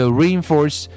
reinforce